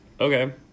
okay